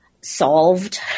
solved